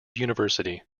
university